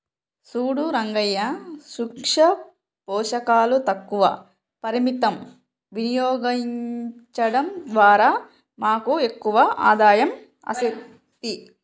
సూడు రంగయ్యా సూక్ష పోషకాలు తక్కువ పరిమితం వినియోగించడం ద్వారా మనకు ఎక్కువ ఆదాయం అస్తది